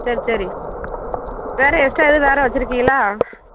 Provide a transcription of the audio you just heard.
சேரி சரி வேறு எக்ஸ்டா எதுவும் வேறு வச்சுருக்கிகளா